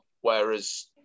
whereas